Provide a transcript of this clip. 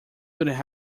couldn’t